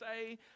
say